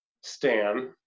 Stan